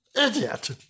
idiot